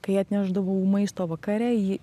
kai atnešdavau maisto vakare ji